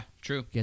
true